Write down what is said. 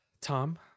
Tom